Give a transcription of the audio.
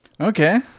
Okay